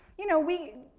you know, we,